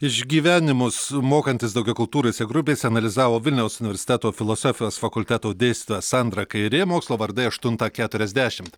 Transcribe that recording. išgyvenimus mokantis daugiakultūrėse grupėse analizavo vilniaus universiteto filosofijos fakulteto dėstytoja sandra kairė mokslo vardai aštuntą keturiasdešimt